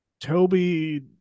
toby